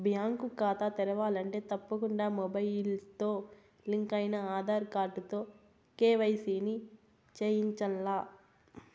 bank కాతా తెరవాలంటే తప్పకుండా మొబయిల్తో లింకయిన ఆదార్ కార్డుతో కేవైసీని చేయించాల్ల